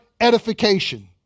edification